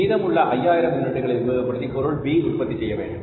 மீதம் உள்ள 5000 யூனிட்டுகளை உபயோகப்படுத்தி பொருள் B உற்பத்தி செய்ய வேண்டும்